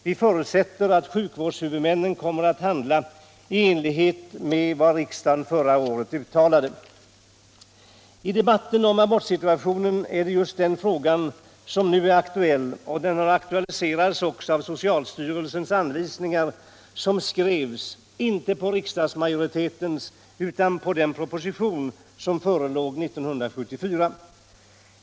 Vi förutsätter att sjukvårdshuvudmännen kommer att handla i enlighet med vad riksdagen förra året uttalade. I debatten om abortsituationen är det just den här frågan som är aktuell. Den har aktualiserats också av socialstyrelsens anvisningar, som skrevs inte med utgångspunkt i riksdagsmajoritetens uttalande utan med utgångspunkt i den proposition som förelåg år 1974.